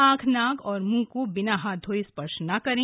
आंख नाक और मूंह को बिना हाथ धोये स्पर्श न करें